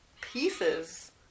pieces